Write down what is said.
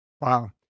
Wow